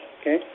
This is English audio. Okay